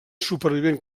supervivent